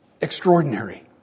Extraordinary